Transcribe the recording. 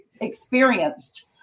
experienced